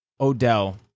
Odell